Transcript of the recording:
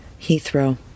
Heathrow